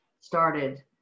started